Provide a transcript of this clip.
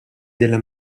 della